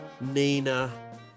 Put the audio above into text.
Nina